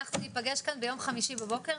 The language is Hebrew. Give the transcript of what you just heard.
אנחנו ניפגש כאן ביום חמישי בבוקר.